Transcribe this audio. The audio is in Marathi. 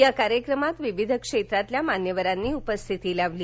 या कार्यक्रमात विविध क्षेत्रातील मान्यवरांनी उपस्थिती लावली